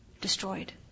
destroyed